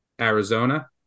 arizona